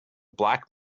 black